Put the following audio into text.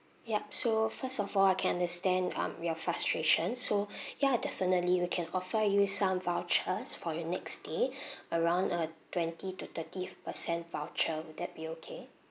yup so first of all I can understand um your frustration so ya definitely we can offer you some vouchers for your next stay around uh twenty to thirty percent voucher will that be okay